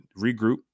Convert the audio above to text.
regroup